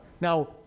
Now